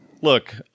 Look